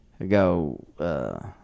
Go